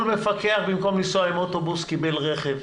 כל מפקח במקום לנסוע עם אוטובוס קיבל רכב,